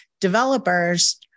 developers